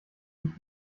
dich